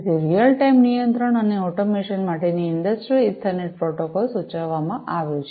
તેથી real time નિયંત્રણ અને ઑટોમેશન માટેનો ઇંડસ્ટ્રિયલ ઇથરનેટ પ્રોટોકોલ સૂચવવામાં આવ્યો છે